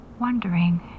wondering